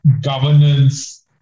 governance